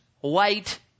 white